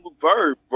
verb